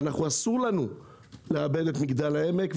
אסור לנו לאבד את לא את מגדל העמק,